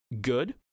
good